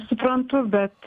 suprantu bet